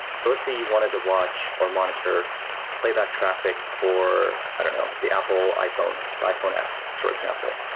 so let's say you wanted to watch, or monitor playback traffic for, i don't know, the apple iphone, the iphone x for example.